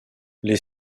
les